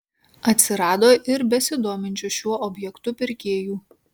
atsirado ir besidominčių šiuo objektu pirkėjų